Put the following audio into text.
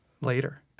later